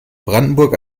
brandenburg